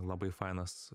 labai fainas